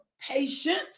patience